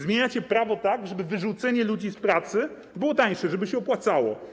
Zmieniacie prawo tak, żeby wyrzucenie ludzi z pracy było tańsze, żeby się opłacało.